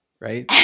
right